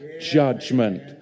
judgment